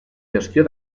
gestió